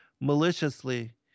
maliciously